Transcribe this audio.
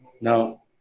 Now